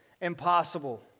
impossible